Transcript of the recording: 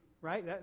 right